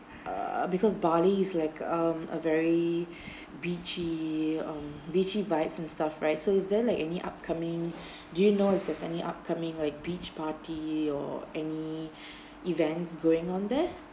err because bali is like um a very beachy um beachy vibes and stuff right so is there like any upcoming do you know if there's any upcoming like beach party or any events going on there